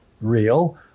real